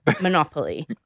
Monopoly